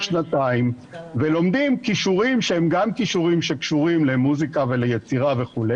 שנתיים ולומדים כישורים שהם גם קשורים למוסיקה וליצירה וכו',